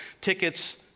tickets